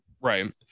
Right